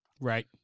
Right